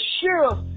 sheriff